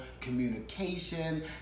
communication